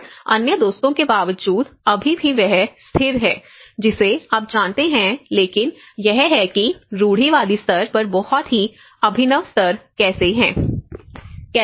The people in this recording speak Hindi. और अन्य दोस्तों के बावजूद अभी भी वह स्थिर है जिसे आप जानते हैं लेकिन यह है कि रूढ़िवादी स्तर पर बहुत ही अभिनव स्तर कैसे है